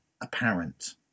apparent